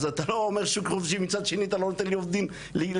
אז אתה לא אומר שוק חופשי ומצד שני אתה לא נותן לי עובדים לצמוח.